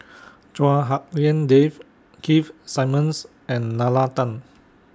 Chua Hak Lien Dave Keith Simmons and Nalla Tan